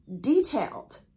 detailed